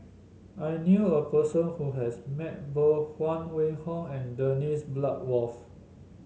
I knew a person who has met both Huang Wenhong and Dennis Bloodworth